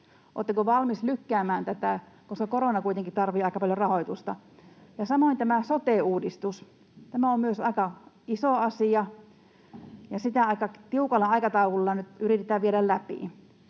Oletteko valmis lykkäämään tätä, koska korona kuitenkin tarvitsee aika paljon rahoitusta? Samoin tämä sote-uudistus on myös aika iso asia, ja sitä aika tiukalla aikataululla nyt yritetään viedä läpi.